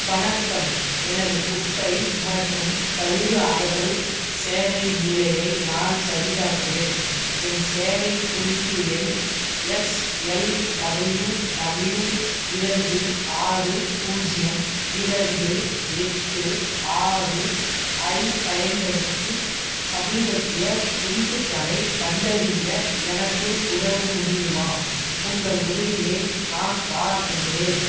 வணக்கம் எனது குப்பை மற்றும் கழிவு அகற்றல் சேவையின் நிலையை நான் சரிபார்க்கிறேன் என் சேவை குறிப்பு எண் எக்ஸ்எல்டபிள்யுடபிள்யு இரண்டு ஆறு பூஜ்ஜியம் இரண்டு எட்டு ஆறு ஐப் பயன்படுத்தி சமீபத்திய புதிப்புக்களை கண்டறிய எனக்கு உதவ முடியுமா உங்கள் உதவியை நான் பாராட்டுகிறேன்